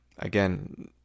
Again